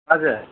हजुर